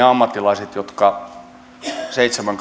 ammattilaiset seitsemän